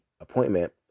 appointment